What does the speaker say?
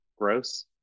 gross